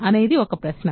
అనేది ఒక ప్రశ్న